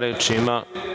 Reč ima